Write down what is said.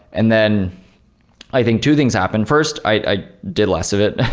and then i think two things happen. first, i did less of it,